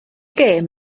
gêm